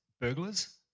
burglars